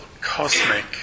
cosmic